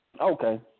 Okay